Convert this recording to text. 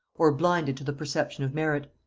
or blinded to the perception of merit.